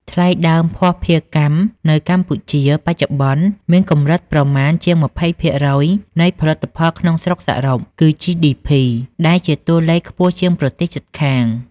ថ្លៃដើមភស្តុភារកម្មនៅកម្ពុជាបច្ចុប្បន្ន មានកម្រិតប្រមាណជាង ២០% នៃផលិតផលក្នុងស្រុកសរុប (គឺ GDP) ដែលជាតួលេខខ្ពស់ជាងប្រទេសជិតខាង។